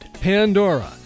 Pandora